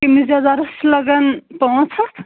قٔمیز یزارس چِھ لگان پانژھ ہتھ